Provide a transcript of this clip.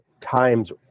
times